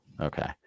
Okay